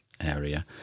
area